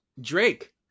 drake